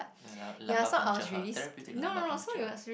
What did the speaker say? lumbar puncture her therapeutic lumbar puncture